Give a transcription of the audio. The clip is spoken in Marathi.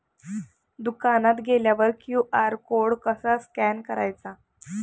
दुकानात गेल्यावर क्यू.आर कोड कसा स्कॅन करायचा?